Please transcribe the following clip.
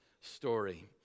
story